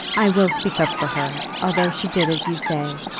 i will speak up for her, although she did as you say,